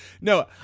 No